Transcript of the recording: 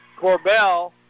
Corbell